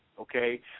okay